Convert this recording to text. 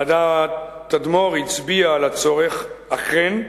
ועדת-תדמור הצביעה על הצורך, אכן,